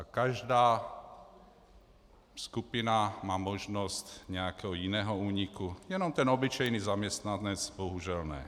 Každá skupina má možnost nějakého jiného úniku, jenom ten obyčejný zaměstnanec bohužel ne.